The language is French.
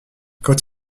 quand